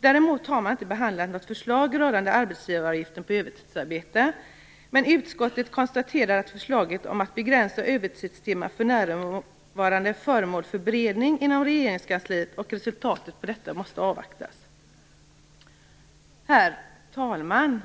Däremot har man inte behandlat något förslag rörande arbetsgivaravgifter på övertidsarbete. Men utskottet konstaterar att förslaget om att begränsa antalet övertidstimmar för närvarande är föremål för beredning inom Regeringskansliet och att resultatet av detta måste avvaktas. Herr talman!